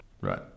Right